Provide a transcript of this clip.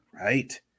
right